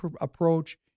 approach